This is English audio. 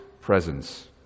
presence